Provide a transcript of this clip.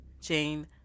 Jane